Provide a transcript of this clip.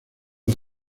los